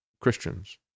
Christians